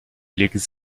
les